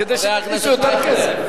כדי שתכניסו יותר כסף.